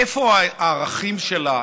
איפה הערכים שלה?